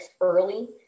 early